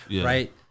right